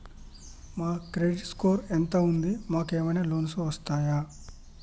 మా credit score ఎంత ఉంది? మాకు ఏమైనా లోన్స్ వస్తయా?